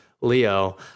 Leo